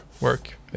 work